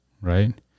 Right